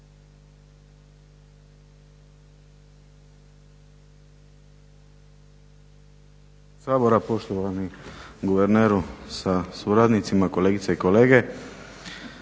sabora. Poštovani guverneru sa suradnicima, kolegice i kolege.